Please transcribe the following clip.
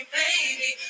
baby